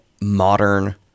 modern